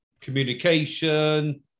communication